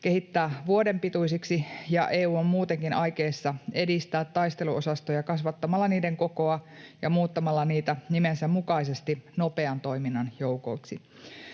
kehittää vuoden pituisiksi, ja EU on muutenkin aikeissa edistää taisteluosastoja kasvattamalla niiden kokoa ja muuttamalla niitä nimensä mukaisesti ”nopean toiminnan” joukoiksi.